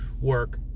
work